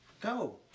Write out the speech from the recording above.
go